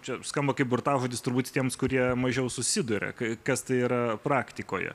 čia skamba kaip burtažodis turbūt tiems kurie mažiau susiduria kai kas tai yra praktikoje